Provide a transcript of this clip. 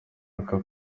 yaka